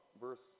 verse